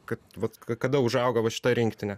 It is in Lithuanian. kad vat ka kada užaugo va šita rinktinė